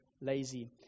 lazy